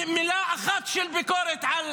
איזה